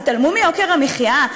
תתעלמו מיוקר המחיה,